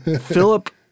Philip